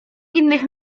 innych